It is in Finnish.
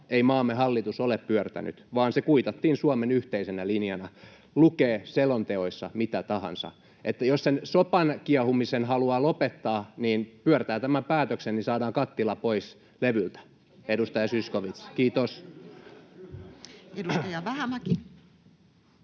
ei maamme hallitus ole pyörtänyt, vaan se kuitattiin Suomen yhteisenä linjana — lukee selonteoissa mitä tahansa — niin että jos sen sopan kiehumisen haluaa lopettaa, niin kun pyörtää tämän päätöksen, niin saadaan kattila pois levyltä, edustaja Zyskowicz. — Kiitos. Edustaja Vähämäki.